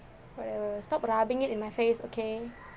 stop rubbing it in my face okay